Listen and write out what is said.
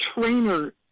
trainer